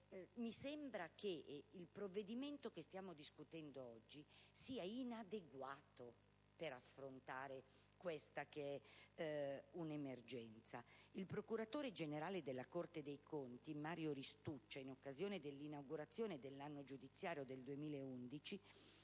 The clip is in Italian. mi sembra che il provvedimento che stiamo discutendo oggi sia inadeguato per affrontare questa emergenza. Il procuratore generale della Corte dei conti, Mario Ristuccia, in occasione dell'inaugurazione dell'anno giudiziario del 2011